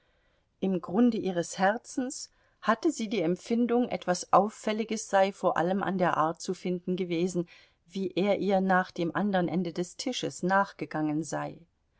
im grunde ihres herzens hatte sie die empfindung etwas auffälliges sei vor allem an der art zu finden gewesen wie er ihr nach dem andern ende des tisches nachgegangen sei